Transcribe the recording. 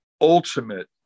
ultimate